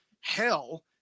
hell